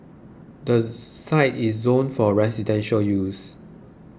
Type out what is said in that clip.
the site is zoned for residential use